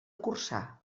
corçà